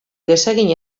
desegin